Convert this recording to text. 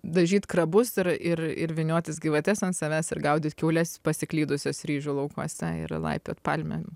dažyt krabus ir ir ir vyniotis gyvates ant savęs ir gaudyt kiaules pasiklydusias ryžių laukuose ir laipiot palmėm